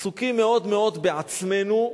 עסוקים מאוד-מאוד בעצמנו,